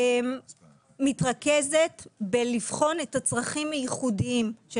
היא מתרכזת בלבחון את הצרכים הייחודיים של